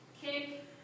Kick